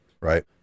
Right